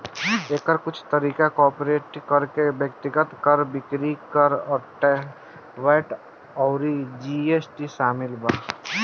एकर कुछ तरीका में कॉर्पोरेट कर, व्यक्तिगत कर, बिक्री कर, वैट अउर जी.एस.टी शामिल बा